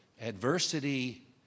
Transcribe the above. Adversity